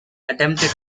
attempted